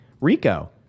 Rico